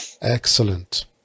Excellent